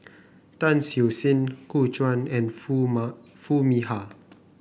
Tan Siew Sin Gu Juan and Foo Foo Mee Har